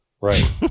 Right